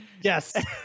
Yes